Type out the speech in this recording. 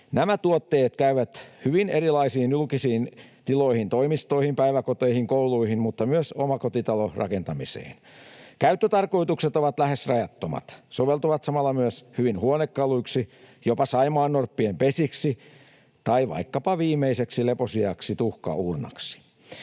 Nämä tuotteet käyvät hyvin erilaisiin julkisiin tiloihin, toimistoihin, päiväkoteihin, kouluihin, mutta myös omakotitalorakentamiseen. Käyttötarkoitukset ovat lähes rajattomat. Soveltuvat samalla myös hyvin huonekaluiksi, jopa saimaannorppien pesiksi tai vaikkapa viimeiseksi leposijaksi, tuhkauurnaksi.